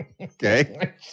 Okay